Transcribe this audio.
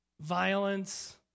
violence